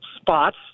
spots